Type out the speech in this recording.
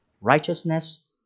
righteousness